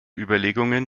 überlegungen